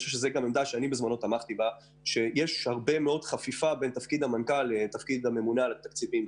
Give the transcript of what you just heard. יש הרבה חפיפה בין תפקיד המנכ"ל לתפקיד הממונה על התקציבים.